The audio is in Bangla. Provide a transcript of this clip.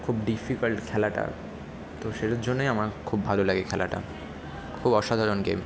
খুব ডিফিকাল্ট খেলাটা তো সেটার জন্যই আমার খুব ভালো লাগে খেলাটা খুব অসাধারণ গেম